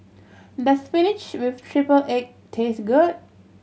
does spinach with triple egg taste good